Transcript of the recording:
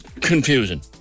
confusing